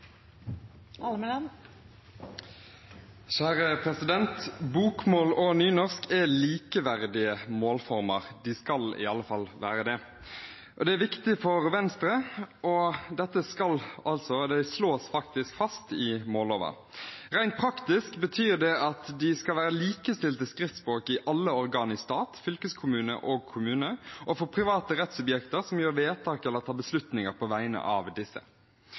likeverdige målformer. De skal i alle fall være det. Det er viktig for Venstre, og det slås faktisk fast i målloven. Rent praktisk betyr det at de skal være likestilte skriftspråk i alle organer i stat, fylkeskommune og kommune, og for private rettssubjekter som gjør vedtak eller tar beslutninger på vegne av disse.